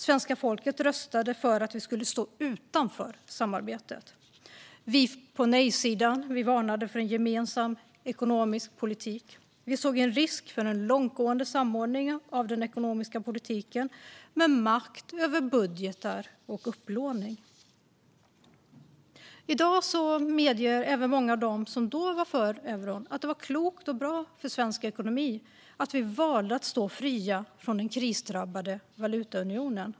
Svenska folket röstade för att vi skulle stå utanför samarbetet. Vi på nejsidan varnade för gemensam ekonomisk politik. Vi såg en risk för en långtgående samordning av den ekonomiska politiken med makt över budgetar och upplåning. I dag medger även många av dem som då var för euron att det var klokt och bra för svensk ekonomi att vi valde att stå fria från den krisdrabbade valutaunionen.